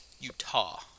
Utah